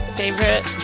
favorite